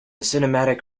cinematic